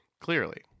Clearly